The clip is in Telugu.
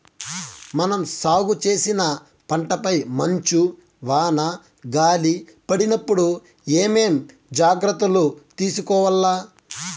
మనం సాగు చేసిన పంటపై మంచు, వాన, గాలి పడినప్పుడు ఏమేం జాగ్రత్తలు తీసుకోవల్ల?